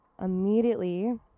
immediately